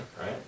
right